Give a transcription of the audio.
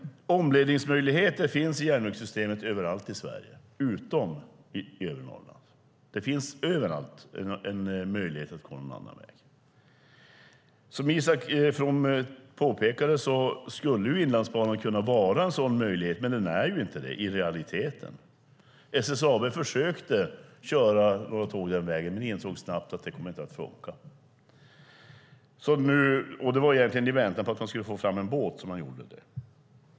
Omledningsmöjligheter i järnvägssystemet finns överallt i Sverige utom i övre Norrland. Överallt annars finns det en möjlighet att gå en annan väg. Som Isak From påpekade skulle Inlandsbanan kunna vara en sådan möjlighet, men det är den inte i realiteten. SSAB försökte köra där men insåg snabbt att det inte skulle funka. Det var i väntan på att få fram en båt som man gjorde det.